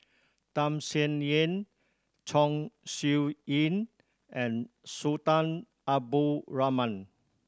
Tham Sien Yen Chong Siew Ying and Sultan Abdul Rahman